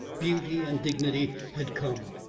beauty and dignity had come.